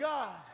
God